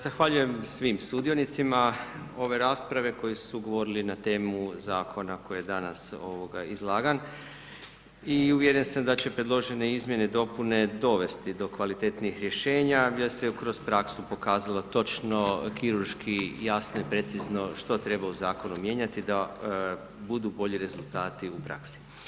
Zahvaljujem svim sudionicima ove rasprave koji su govorili na temu Zakona koje je danas, ovoga, izlagan i uvjeren sam da će predložene izmjene i dopune dovesti do kvalitetnijih rješenja, jer se kroz praksu pokazalo točno kirurški jasno i precizno što treba u Zakonu mijenjati da budu bolji rezultati u praksi.